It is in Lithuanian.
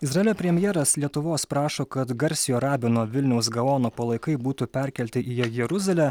izraelio premjeras lietuvos prašo kad garsiojo rabino vilniaus gaono palaikai būtų perkelti į jeruzalę